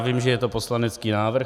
Vím, že je to poslanecký návrh.